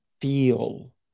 feel